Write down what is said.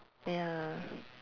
ya